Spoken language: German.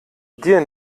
dir